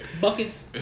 Buckets